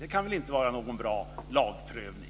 Det kan väl inte vara någon bra lagprövning.